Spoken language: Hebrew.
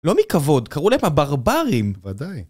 לא מכבוד, קראו להם הברברים! ודאי.